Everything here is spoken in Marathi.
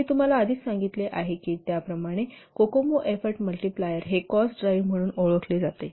मी तुम्हाला आधीच सांगितले आहे त्याप्रमाणे कोकमो एफोर्ट मल्टिप्लायर हे कॉस्ट ड्राईव्ह म्हणूनही ओळखले जातात